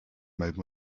made